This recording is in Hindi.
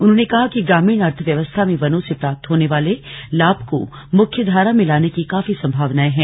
उन्होंने कहा कि ग्रामीण अर्थव्यवस्था में वनों से प्राप्त होने वाले लाभ को मुख्यधारा में लाने की काफी संभावनाएं हैं